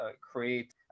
create